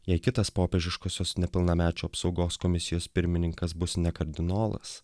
jei kitas popiežiškosios nepilnamečių apsaugos komisijos pirmininkas bus ne kardinolas